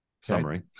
Summary